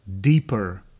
deeper